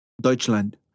Deutschland